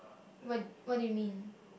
what what do you mean